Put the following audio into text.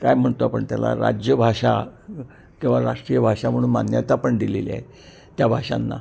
काय म्हणतो आपण त्याला राजभाषा किंवा राष्ट्रीय भाषा म्हणून मान्यता पण दिलेली आहे त्या भाषांना